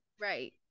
Right